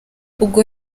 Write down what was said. ubwo